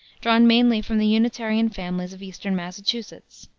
drawn mainly from the unitarian families of eastern massachusetts.